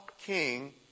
king